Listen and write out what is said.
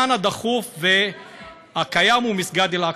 אבל העניין הדחוף והקיים הוא מסגד אל-אקצא.